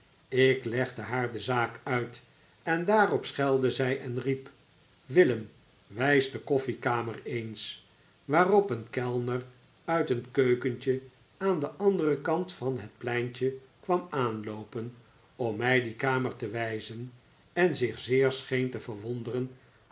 ik legde haar de zaak uit en daarop schelde zij en riep willem wijs de koffiekamer eens waarop een kellner uit een keuken aan den anderen kant van het pleintje kwam aanloopen om mij die kamer te wijzen en zich zeer scheen te verwonderen